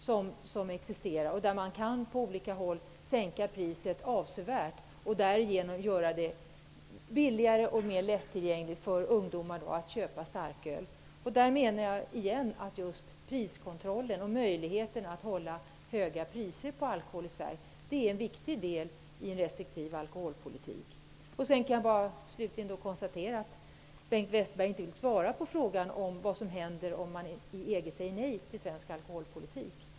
På olika håll kan man sänka priset avsevärt och därigenom göra det billigare och mer lättillgängligt för ungdomar att köpa starköl. Just priskontrollen, möjligheten att i Sverige hålla höga priser på alkohol, är en viktig del i en restriktiv alkoholpolitik. Jag kan till sist konstatera att Bengt Westerberg inte vill svara på frågan om vad som händer om man i EG säger nej till svensk alkoholpolitik.